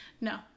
No